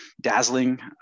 dazzling